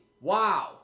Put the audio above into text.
Wow